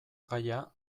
gaia